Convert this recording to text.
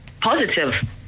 positive